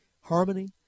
Harmony